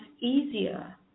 easier